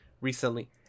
recently